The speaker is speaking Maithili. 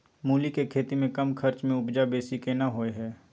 मूली के खेती में कम खर्च में उपजा बेसी केना होय है?